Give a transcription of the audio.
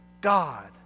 God